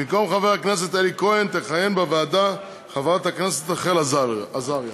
במקום חבר הכנסת אלי כהן תכהן בוועדה חברת הכנסת רחל עזריה.